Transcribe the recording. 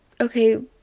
okay